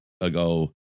ago